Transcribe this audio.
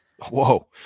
Whoa